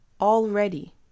already